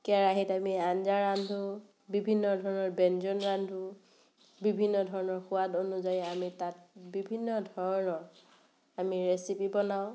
কেৰাহীত আমি আঞ্জা ৰান্ধো বিভিন্ন ধৰণৰ ব্যঞ্জন ৰান্ধো বিভিন্ন ধৰণৰ সোৱাদ অনুযায়ী আমি তাত বিভিন্ন ধৰণৰ আমি ৰেচিপি বনাওঁ